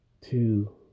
two